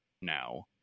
now